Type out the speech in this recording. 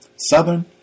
Southern